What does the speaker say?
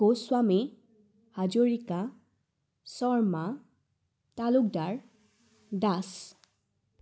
Goswami Hazarika Sharma Talukdar Das